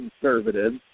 conservatives